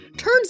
turns